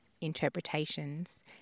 interpretations